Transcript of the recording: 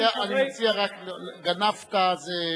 אני מציע: "גנבת" זה,